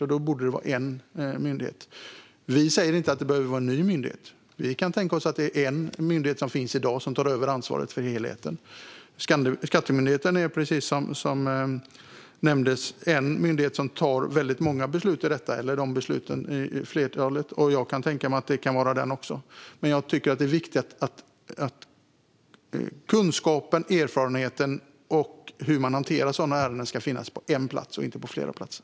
Därför borde det vara en myndighet. Vi säger inte att det behöver vara en ny myndighet. Vi kan tänka oss att en myndighet som finns i dag tar över ansvaret för helheten. Som nämndes är Skatteverket den myndighet som fattar flertalet av dessa beslut, och jag kan tänka mig att handläggningen ska ligga på den. Men det viktiga är att erfarenheten och kunskapen om hur man hanterar sådana ärenden ska finnas på en plats och inte på flera platser.